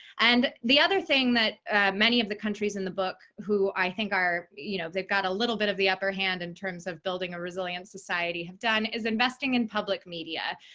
and the other thing that many of the countries in the book who, i think are you know they've got a little bit of the upper hand in terms of building a resilient society have done, is investing in public media.